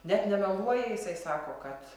net nemeluoja jisai sako kad